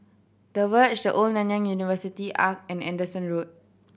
The Verge The Old Nanyang University Arch and Anderson Road